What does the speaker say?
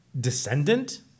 descendant